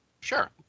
Sure